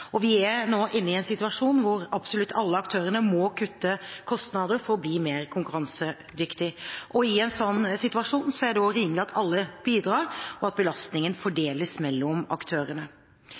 Vi er nå inne i en situasjon hvor absolutt alle aktørene må kutte kostnader for å bli mer konkurransedyktige. I en slik situasjon er det også rimelig at alle bidrar, og at belastningen fordeles mellom aktørene.